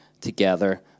together